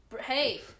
Hey